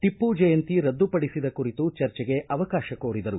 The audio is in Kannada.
ಟಿಮ್ನ ಜಯಂತಿ ರದ್ದು ಪಡಿಸಿದ ಕುರಿತು ಚರ್ಚೆಗೆ ಅವಕಾಶ ಕೋರಿದರು